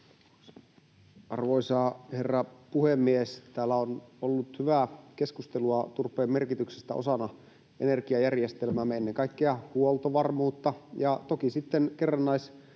Arvoisa herra puhemies! Täällä on ollut hyvää keskustelua turpeen merkityksestä osana energiajärjestelmäämme, ennen kaikkea huoltovarmuutta,